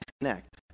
disconnect